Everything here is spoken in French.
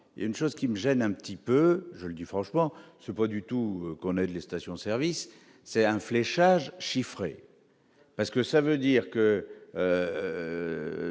il y a une chose qui me gêne un petit peu je du franchement c'est pas du tout qu'on aide les stations-service c'est un fléchage chiffrée parce que ça veut dire que